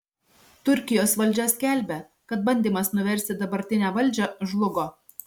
turkijos valdžia skelbia kad bandymas nuversti dabartinę valdžią žlugo